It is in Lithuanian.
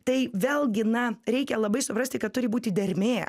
tai vėlgi na reikia labai suprasti kad turi būti dermė